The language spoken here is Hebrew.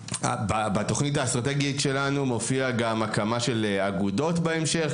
בתכנית האסטרטגית שלנו מופיע גם הקמה של אגודות בהמשך,